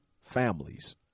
families